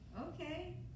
Okay